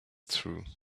through